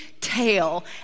tail